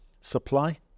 supply